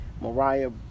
Mariah